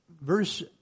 verse